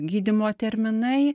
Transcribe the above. gydymo terminai